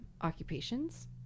occupations